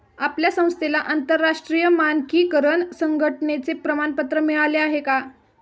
आपल्या संस्थेला आंतरराष्ट्रीय मानकीकरण संघटने चे प्रमाणपत्र मिळाले आहे का?